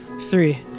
three